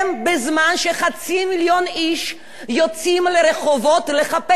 יוצאים לרחובות לחפש לא צדק חברתי אמורפי,